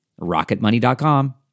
RocketMoney.com